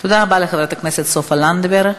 תודה רבה לחבר הכנסת סופה לנדבר.